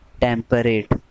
temperate